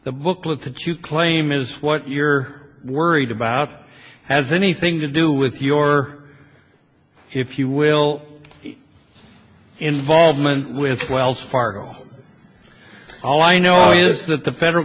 the booklet that you claim is what you're worried about has anything to do with your if you will involvement with wells fargo all i know you is that the federal